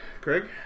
Craig